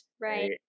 Right